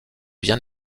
bien